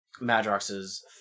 Madrox's